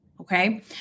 Okay